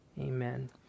Amen